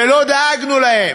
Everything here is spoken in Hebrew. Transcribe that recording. ולא דאגנו להם.